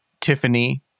Tiffany